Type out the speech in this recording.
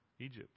Egypt